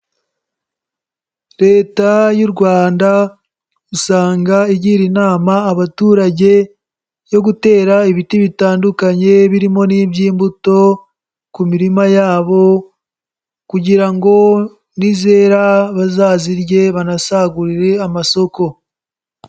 Leta y'u Rwanda usanga igira inama abaturage yo gutera ibiti bitandukanye birimo n'iby'imbuto ku mirima yabo kugira ngo nizera bazazirye banasagurire amasoko.